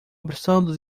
abraçando